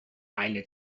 eine